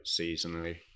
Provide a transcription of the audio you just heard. seasonally